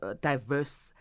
diverse